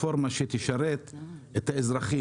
כאשר בדה מרקר פורסמו היום כל מיני חוקים בחקלאות שלא תואמו,